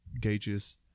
gauges